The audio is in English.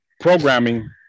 programming